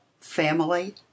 family